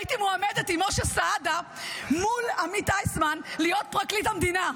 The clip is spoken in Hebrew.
הייתי מועמדת עם משה סעדה מול עמית איסמן להיות פרקליט המדינה.